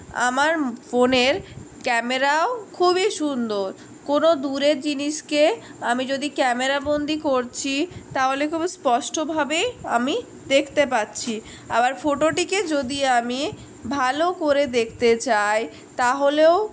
আমার ফোনের ক্যামেরাও খুবই সুন্দর কোনও দূরের জিনিসকে আমি যদি ক্যামেরাবন্দি করছি তাহলে খুবই স্পষ্টভাবে আমি দেখতে পাচ্ছি আবার ফটোটিকে যদি আমি ভালো করে দেখতে চাই তাহলেও